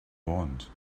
want